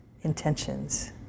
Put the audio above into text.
intentions